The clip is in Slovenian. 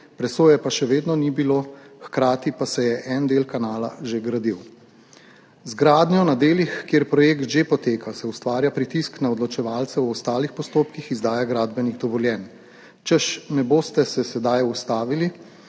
presoje pa še vedno ni bilo, hkrati pa se je en del kanala že gradil. Z gradnjo na delih, kjer projekt že poteka, se ustvarja pritisk na odločevalce v ostalih postopkih izdaje gradbenih dovoljenj, češ ne boste se sedaj ustavili,